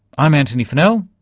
i'm antony funnell,